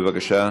בבקשה,